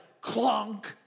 clunk